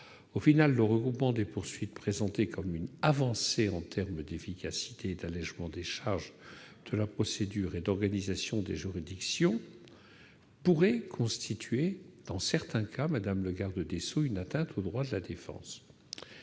Finalement, le regroupement des poursuites, présenté comme une avancée en termes d'efficacité et d'allègement des charges de la procédure et d'organisation des juridictions, pourrait constituer, dans certains cas, une atteinte aux droits de la défense.